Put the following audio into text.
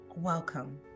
welcome